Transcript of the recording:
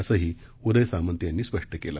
संही उदय सामंत यांनी स्पष्ट केलं